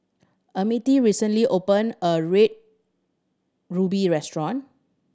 Emmitt recently opened a Red Ruby restaurant